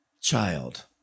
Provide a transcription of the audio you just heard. child